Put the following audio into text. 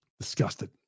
disgusted